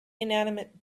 inanimate